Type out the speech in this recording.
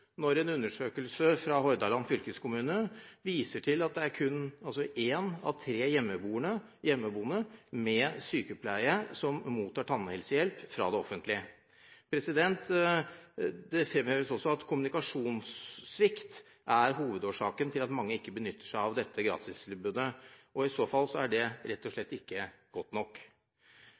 når en undersøkelse fra Hordaland fylkeskommune viser at det kun er én av tre hjemmeboende med hjemmesykepleie som mottar tannhelsehjelp fra det offentlige. Det fremholdes også at kommunikasjonssvikt er en hovedårsak til at så mange ikke benytter seg av dette gratistilbudet. I så fall er det rett og slett ikke godt nok.